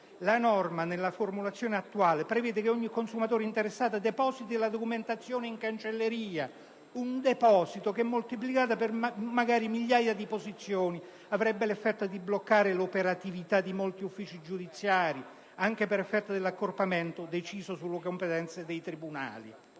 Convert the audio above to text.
La norma, nella formulazione attuale, prevede che ogni consumatore interessato depositi la documentazione in cancelleria. Questo deposito, moltiplicato per migliaia di posizioni, avrebbe l'effetto di bloccare l'operatività di molti uffici giudiziari, anche per effetto dell'accorpamento deciso sulle competenze dei tribunali.